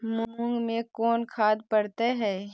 मुंग मे कोन खाद पड़तै है?